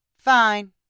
Fine